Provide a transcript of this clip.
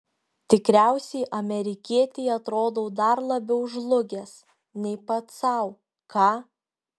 tikriausiai amerikietei atrodau dar labiau žlugęs nei pats sau ką